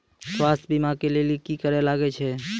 स्वास्थ्य बीमा के लेली की करे लागे छै?